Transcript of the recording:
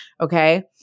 Okay